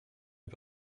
est